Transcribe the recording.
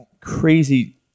crazy